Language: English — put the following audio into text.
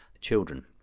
children